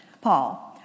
Paul